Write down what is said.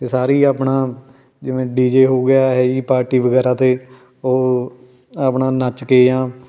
ਅਤੇ ਸਾਰੇ ਆਪਣਾ ਜਿਵੇਂ ਡੀ ਜੇ ਹੋ ਗਿਆ ਇਹ ਜਿਹੀ ਪਾਰਟੀ ਵਗੈਰਾ 'ਤੇ ਉਹ ਆਪਣਾ ਨੱਚ ਕੇ ਜਾਂ